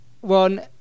one